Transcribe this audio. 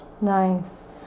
Nice